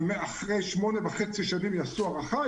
ואחרי שמונה וחצי שנים יעשו הערכה.